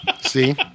See